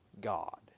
God